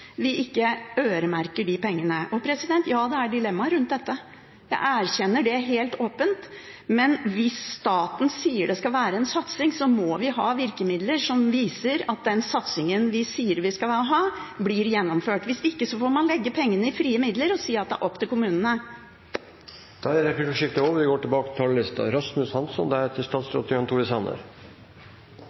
vi ikke øremerker pengene. Ja, det er dilemmaer rundt dette. Jeg erkjenner det helt åpent. Men hvis staten sier det skal være en satsing, må vi ha virkemidler som viser at den satsingen vi sier vi skal ha, blir gjennomført. Hvis ikke får man legge inn pengene som frie midler og si at det er opp til kommunene. Replikkordskiftet er over.